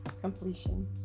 completion